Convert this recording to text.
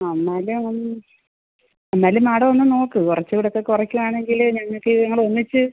ആ എന്നാലും എന്നാലും മാഡം ഒന്ന് നോക്ക് കുറച്ചുകൂടെ ഒക്കെ കുറയ്ക്കുവാണെങ്കിൽ ഞങ്ങൾക്കിത് അതൊന്നിച്ച്